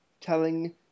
telling